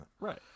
Right